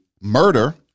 murder